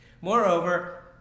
Moreover